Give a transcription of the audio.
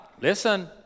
listen